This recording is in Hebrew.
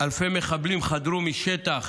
אלפי מחבלים חדרו משטח